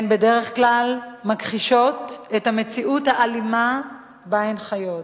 הן בדרך כלל מכחישות את המציאות האלימה שבה הן חיות.